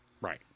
right